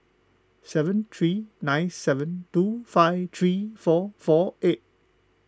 seven three nine seven two five three four four eight